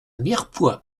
mirepoix